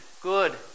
good